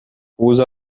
usa